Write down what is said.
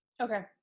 Okay